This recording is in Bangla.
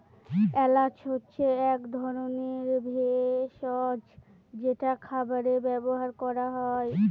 এলাচ হচ্ছে এক ধরনের ভেষজ যেটা খাবারে ব্যবহার করা হয়